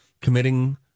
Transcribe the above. committing